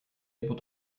able